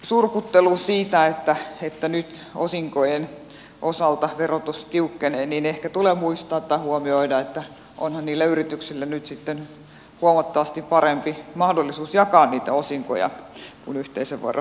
surkuttelussa siitä että nyt osinkojen osalta verotus tiukkenee ehkä tulee muistaa tai huomioida että onhan niillä yrityksillä nyt sitten huomattavasti parempi mahdollisuus jakaa niitä osinkoja kun yhteisövero alenee